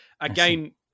again